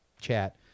chat